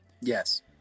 Yes